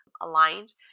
aligned